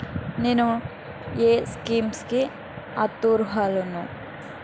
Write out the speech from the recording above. నేను ఏ స్కీమ్స్ కి అరుహులను?